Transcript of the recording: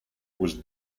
was